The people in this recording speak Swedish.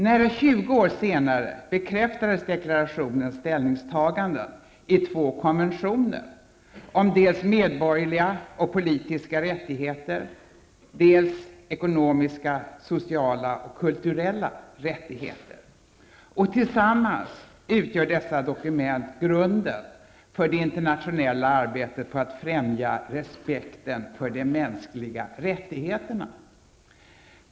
Nära 20 år senare bekräftades deklarationens ställningstaganden i två konventioner om dels medborgerliga och politiska rättigheter, dels ekonomiska, sociala och kulturella rättigheter. Tillsammans utgör dessa dokument grunden för det internationella arbetet på att främja respekten för de mänskliga rättigheterna.